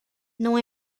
não